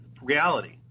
reality